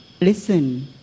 listen